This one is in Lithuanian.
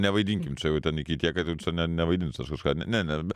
nevaidinkim čia jau ten iki tiek kad jau čia ne nevaidinsiu aš kažką ne ne